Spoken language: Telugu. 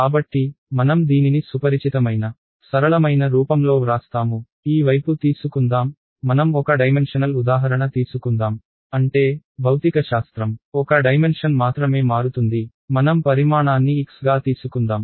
కాబట్టి మనం దీనిని సుపరిచితమైన సరళమైన రూపంలో వ్రాస్తాము ఈ వైపు తీసుకుందాం మనం ఒక డైమెన్షనల్ ఉదాహరణ తీసుకుందాం అంటే భౌతికశాస్త్రం ఒక డైమెన్షన్ మాత్రమే మారుతుంది మనం పరిమాణాన్ని x గా తీసుకుందాం